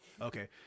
Okay